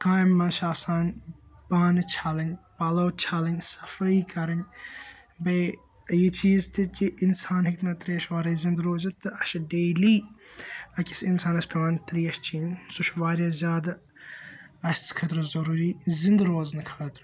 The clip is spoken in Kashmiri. کٲمہِ منٛز چھ آسان بانہٕ چھلٕنۍ پَلَو چھلٕنۍ صفٲیی کَرٕنۍ بیٚیہ یہِ چیز تہِ کہِ اِنسان ہیٚکہِ نہٕ تریشہِ وَراے زِندٕ روزِتھ تہٕ اَسہِ چھ ڈیلی أکِس اِنسانَس پیٚوان تریش چیٚنۍ سُہ چھُ وارِیاہ زیادٕ اَسہِ خٲطرٕ ضروری زِنٛدٕ روزنہٕ خٲطرٕ